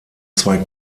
zwei